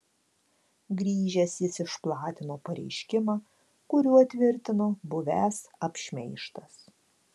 grįžęs jis išplatino pareiškimą kuriuo tvirtino buvęs apšmeižtas